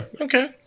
okay